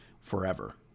forever